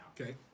Okay